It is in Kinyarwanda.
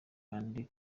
kandi